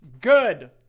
Good